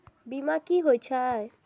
बीमा की छी ये?